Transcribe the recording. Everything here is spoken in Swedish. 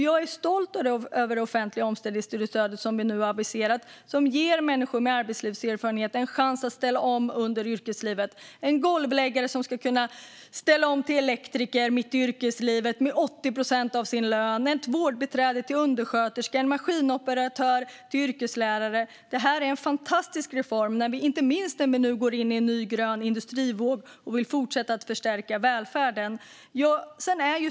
Jag är stolt över det offentliga omställningsstudiestödet som vi har aviserat och som ger människor med arbetslivserfarenhet en chans att ställa om under yrkeslivet. En golvläggare ska kunna ställa om till elektriker med 80 procent av sin lön liksom ett vårdbiträde till undersköterska och en maskinoperatör till yrkeslärare. Det här är en fantastisk reform, inte minst när vi nu går in i en ny grön industrivåg och även vill fortsätta att förstärka välfärden.